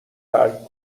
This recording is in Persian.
ترک